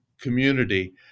community